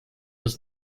was